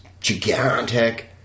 gigantic